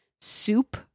soup